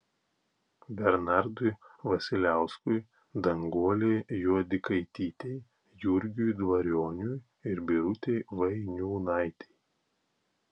bernardui vasiliauskui danguolei juodikaitytei jurgiui dvarionui ir birutei vainiūnaitei